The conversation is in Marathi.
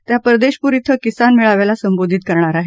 त्या परशेदपूर शें किसान मेळाव्याला संबोधित करणार आहेत